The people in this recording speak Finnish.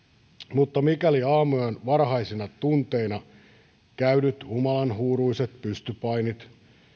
mutta mikäli aamuyön varhaisina tunteina käydyt humalanhuuruiset pystypainit